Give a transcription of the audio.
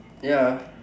ya